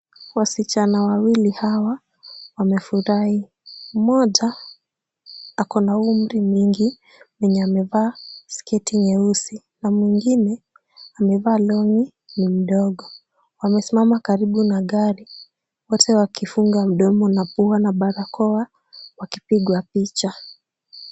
Wasichana wawili hawa wamefurahi. Mmoja ako na umri mingi mwenye amevaa sketi nyeusi na mwingine amevaa long'i ni mdogo. Wamesimama karibu na gari, wote wakifunga mdomo na pua na barakoa wakipigwa picha.